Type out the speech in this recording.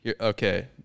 Okay